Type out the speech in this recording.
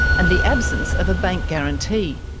and the absence of a bank guarantee.